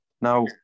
Now